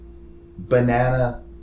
banana